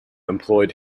employed